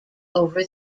over